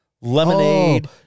lemonade